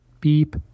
Beep